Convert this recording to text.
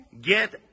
Get